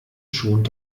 schont